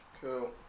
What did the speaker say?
Cool